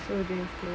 further